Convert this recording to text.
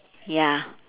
ya